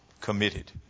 committed